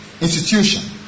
institution